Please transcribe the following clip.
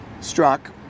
struck